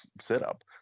setup